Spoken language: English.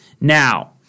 Now